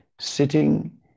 sitting